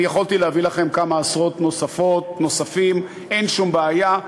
יכולתי להביא לכם כמה עשרות נוספות, אין שום בעיה.